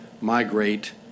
migrate